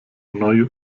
neue